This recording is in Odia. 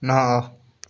ନଅ